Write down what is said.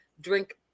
drink